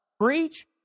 preach